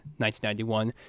1991